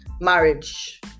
marriage